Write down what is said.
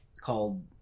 called